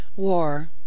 War